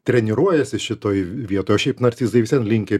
treniruojasi šitoj vietoj o šiaip narcizai vis vien linkę